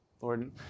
Lord